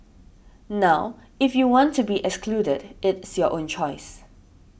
now if you want to be excluded it's your own choice